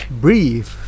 Breathe